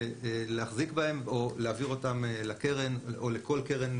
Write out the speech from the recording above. להחזיק בהם או להעביר אותם לקרן או לכל קרן,